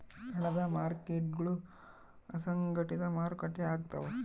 ಹಣದ ಮಾರ್ಕೇಟ್ಗುಳು ಅಸಂಘಟಿತ ಮಾರುಕಟ್ಟೆ ಆಗ್ತವ